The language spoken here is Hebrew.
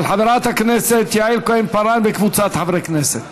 של חברת הכנסת יעל כהן-פארן וקבוצת חברי הכנסת.